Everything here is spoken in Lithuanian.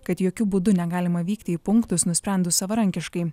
kad jokiu būdu negalima vykti į punktus nusprendus savarankiškai